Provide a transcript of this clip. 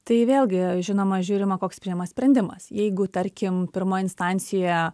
tai vėlgi žinoma žiūrima koks priimamas sprendimas jeigu tarkim pirmoj instancijoje